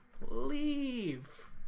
Leave